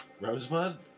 Rosebud